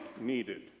needed